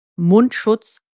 Mundschutz